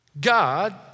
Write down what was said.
God